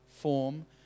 Form